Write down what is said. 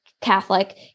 Catholic